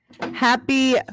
Happy